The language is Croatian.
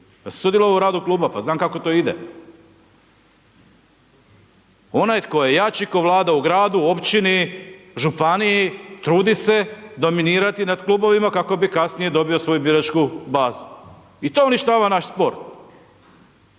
sudjelovao u radu kluba, pa znam kako to ide. Onaj tko je jači, tko vlada u gradu, u općini, županiji, trudi se dominirati nad klubovima, kako bi kasnije dobio svoju biračku bazu. I to uništava naš sport.